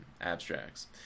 abstracts